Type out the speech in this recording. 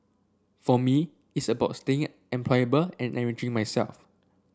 for me it's about staying employable and enriching myself